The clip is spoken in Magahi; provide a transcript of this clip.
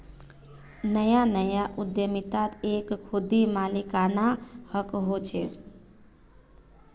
नया नया उद्दमितात एक खुदी मालिकाना हक़ होचे